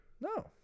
No